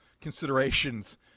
considerations